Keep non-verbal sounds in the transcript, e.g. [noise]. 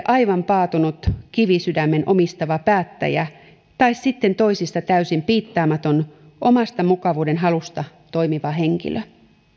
[unintelligible] aivan paatunut kivisydämen omistava päättäjä tai sitten toisista täysin piittaamaton omasta mukavuudenhalusta toimiva henkilö